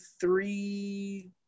three